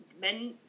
men